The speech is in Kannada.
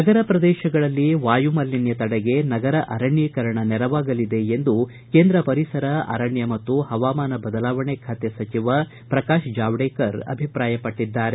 ನಗರ ಪ್ರದೇಶಗಳಲ್ಲಿ ವಾಯುಮಾಲಿನ್ದ ತಡೆಗೆ ನಗರ ಅರಣ್ಯೀಕರಣ ನೆರವಾಗಲಿದೆ ಎಂದು ಕೇಂದ್ರ ಪರಿಸರ ಅರಣ್ಯ ಮತ್ತು ಪವಾಮಾನ ಬದಲಾವಣೆ ಖಾತೆ ಸಚಿವ ಪ್ರಕಾಶ್ ಜಾವಡೇಕರ್ ಅಭಿಪ್ರಾಯಪಟ್ಟಿದ್ದಾರೆ